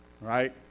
right